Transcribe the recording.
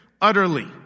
Utterly